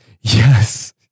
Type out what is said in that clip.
Yes